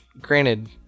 granted